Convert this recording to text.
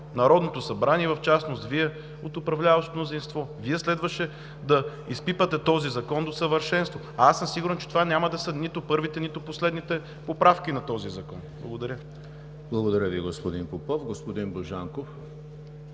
Народното събрание, в частност Вие от управляващото мнозинство, и следваше да изпипате този закон до съвършенство. Сигурен съм, че това няма да са нито първите, нито последните поправки на този закон. Благодаря. ПРЕДСЕДАТЕЛ ЕМИЛ ХРИСТОВ: Благодаря Ви, господин Попов. Господин Божанков,